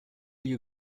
you